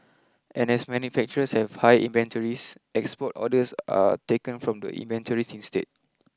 and as manufacturers have high inventories export orders are taken from the inventories instead